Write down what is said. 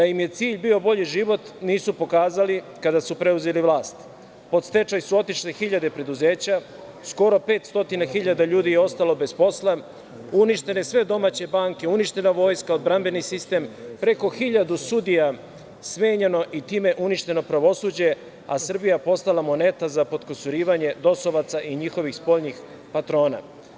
Da im je cilj bio bolji život, nisu pokazali kada su preuzeli vlast, pod stečaj su otišle hiljade preduzeća, skoro 500 hiljada ljudi je ostalo bez posla, uništene sve domaće banke, uništena vojska, odbrambeni sistem, preko 1000 sudija smenjeno i time uništeno pravosuđe, a Srbija postala moneta za potkusurivanje DOS-ovaca i njihovih spoljnih patrona.